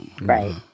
Right